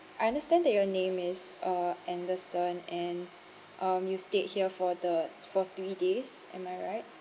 I understand that your name is uh anderson and um you stayed here for the for three days am I right